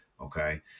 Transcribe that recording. Okay